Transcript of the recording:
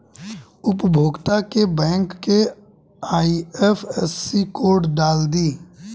उपभोगता के बैंक के आइ.एफ.एस.सी कोड डाल दी